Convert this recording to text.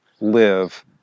live